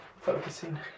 focusing